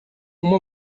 uma